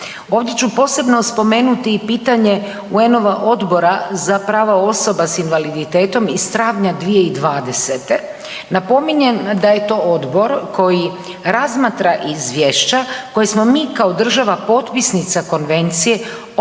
Ovdje ću posebno spomenuti i pitanje UN-ova Odbora za prava osoba s invaliditetom iz travnja 2020., napominjem da je to odbor koji razmatra izvješća koja smo mi kao država potpisnica konvencije obvezni